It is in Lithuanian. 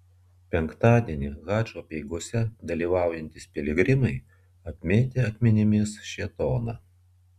penktadienį hadžo apeigose dalyvaujantys piligrimai apmėtė akmenimis šėtoną